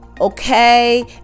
okay